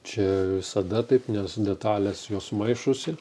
čia visada taip nes detalės jos maišosi